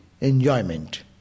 enjoyment